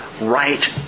right